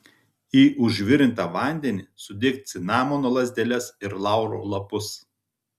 į užvirintą vandenį sudėk cinamono lazdeles ir lauro lapus